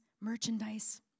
merchandise